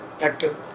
active